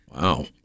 Wow